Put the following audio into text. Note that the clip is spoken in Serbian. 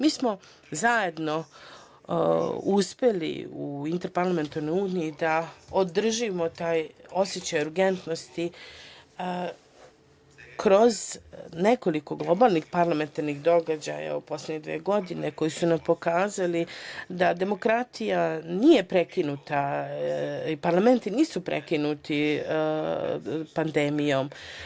Mi smo zajedno uspeli u Interparlamentarnoj uniji da održimo taj osećaj urgentnosti kroz nekoliko globalnih parlamentarnih događaja u poslednje dve godine, koji su nam pokazali da demokratija nije prekinuta i parlamenti nisu prekinuti pandemijom.